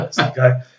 Okay